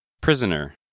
Prisoner